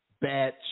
bad